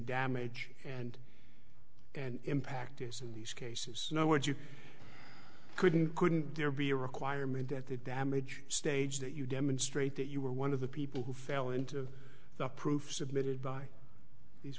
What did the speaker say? damage and and impact is in these cases no words you couldn't couldn't there be a requirement at the damage stage that you demonstrate that you were one of the people who fell into the proof submitted by these